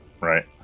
Right